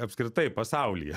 apskritai pasaulyje